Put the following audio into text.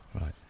Right